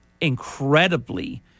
incredibly